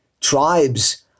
tribes